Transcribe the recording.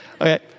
Okay